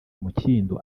umukindo